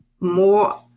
more